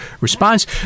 response